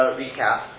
recap